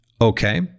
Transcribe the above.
Okay